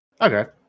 Okay